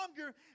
longer